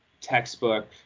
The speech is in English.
textbook